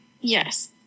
Yes